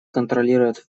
контролирует